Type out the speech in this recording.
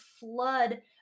flood